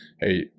hey